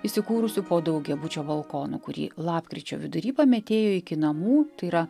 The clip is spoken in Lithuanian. įsikūrusiu po daugiabučio balkonu kurį lapkričio vidury pametėjo iki namų tai yra